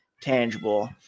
tangible